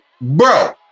Bro